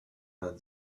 vingt